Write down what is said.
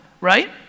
right